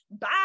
Bye